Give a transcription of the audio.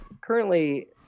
currently